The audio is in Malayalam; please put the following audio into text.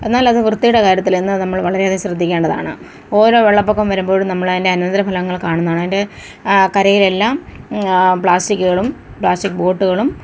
എന്നാലത് വൃത്തിയുടെ കാര്യത്തിൽ തന്നെ നമ്മൾ വളരെയധികം ശ്രദ്ധിക്കേണ്ടതാണ് ഓരോ വെള്ളപ്പൊക്കം വരുമ്പോഴും നമ്മൾ അതിന്റെ അനന്തരഫലങ്ങൾ കാണുന്നതാണ് അതിന്റെ കരയിലെല്ലാം പ്ലാസ്റ്റിക്കുകളും പ്ലാസ്റ്റിക് ബോട്ടുകളും